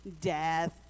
death